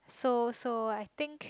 so so I think